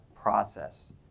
process